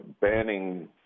banning